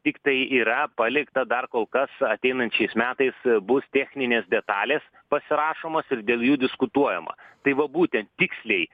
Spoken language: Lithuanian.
tiktai yra palikta dar kol kas ateinančiais metais bus techninės detalės pasirašomos ir dėl jų diskutuojama tai va būten tiksliai